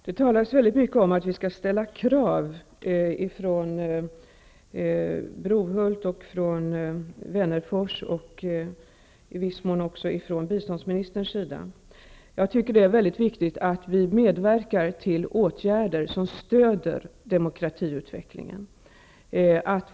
Fru talman! Det talas från Brohults, Wennerfors och i viss mån biståndsministerns sida om att vi skall ställa krav. Jag tycker att det är viktigt att vi medverkar till åtgärder som stöder utvecklingen av demokratin.